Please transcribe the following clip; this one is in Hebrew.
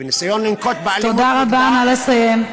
בניסיון לנקוט אלימות נגדה, תודה רבה, נא לסיים.